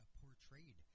portrayed